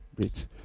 Great